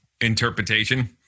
interpretation